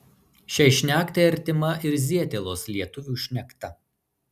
šiai šnektai artima ir zietelos lietuvių šnekta